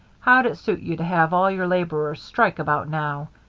how'd it suit you to have all your laborers strike about now?